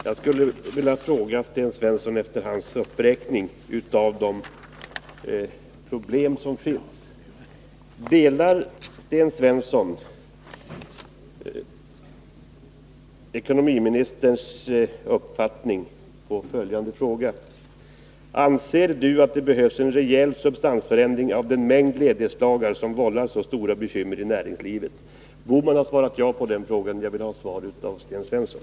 Herr talman! Efter Sten Svenssons uppräkning av de problem som finns, skulle jag vilja fråga om Sten Svensson delar ekonomiministerns uppfattning i följande fråga: ”Anser du att det behövs en rejäl substansförändring av den mängd ledighetsdagar som vållar så stora bekymmer i näringslivet?” Gösta Bohman har svarat ja på den frågan, och jag vill ha svar av Sten Svensson.